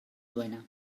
duena